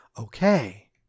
okay